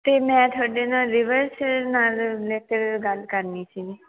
ਅਤੇ ਮੈਂ ਤੁਹਾਡੇ ਨਾਲ ਰਿਵਰਸ ਨਾਲ ਰਿਲੇਟਡ ਗੱਲ ਕਰਨੀ ਸੀ